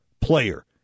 player